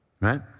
right